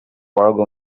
órgão